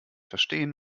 verstehen